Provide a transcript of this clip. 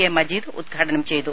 A Majeed ഉദ്ഘാടനം ചെയ്തു